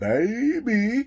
Baby